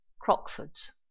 Crockford's